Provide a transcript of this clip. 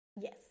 yes